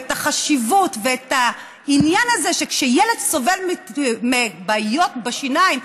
את החשיבות של העניין הזה שכשילד סובל מבעיות בשיניים,